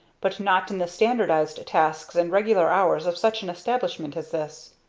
but not in the standardized tasks and regular hours of such an establishment as this.